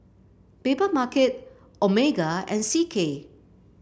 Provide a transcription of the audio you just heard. Papermarket Omega and C K